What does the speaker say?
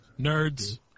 Nerds